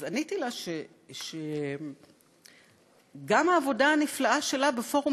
אז עניתי לה שגם העבודה הנפלאה שלה בפורום